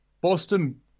Boston